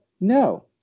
No